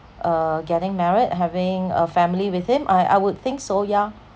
uh getting married having a family with him I I would think so yeah